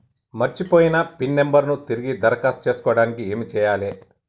మర్చిపోయిన pin number ను తిరిగి దరఖాస్తు చేసుకోవడానికి ఏమి చేయాలే?